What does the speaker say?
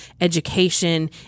education